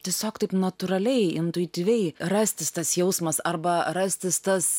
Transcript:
tiesiog taip natūraliai intuityviai rastis tas jausmas arba rastis tas